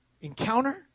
encounter